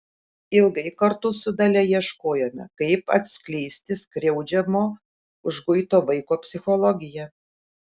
ilgai kartu su dalia ieškojome kaip atskleisti skriaudžiamo užguito vaiko psichologiją